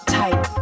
type